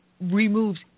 removes